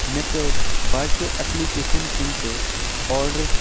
مےٚ کٔرۍ باقِیو اٮ۪پلِکیشَن کِنۍ تہِ آرڈر